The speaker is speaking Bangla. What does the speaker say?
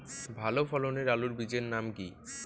ভালো ফলনের আলুর বীজের নাম কি?